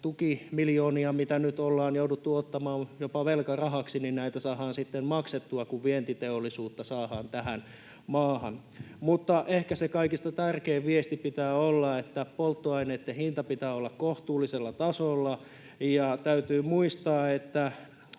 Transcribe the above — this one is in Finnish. tukimiljoonia, mitä nyt ollaan jouduttu ottamaan jopa velkarahaksi, saadaan sitten maksettua, kun vientiteollisuutta saadaan tähän maahan. Mutta ehkä se kaikista tärkein viesti pitää olla, että polttoaineitten hinta pitää olla kohtuullisella tasolla. Täytyy muistaa, että